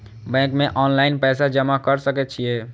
Bank में online पैसा जमा कर सके छीये?